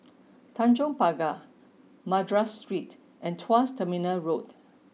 Tanjong Pagar Madras Street and Tuas Terminal Road